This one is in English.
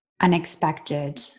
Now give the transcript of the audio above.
unexpected